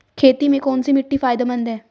खेती में कौनसी मिट्टी फायदेमंद है?